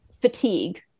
fatigue